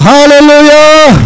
Hallelujah